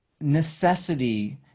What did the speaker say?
Necessity